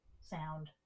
sound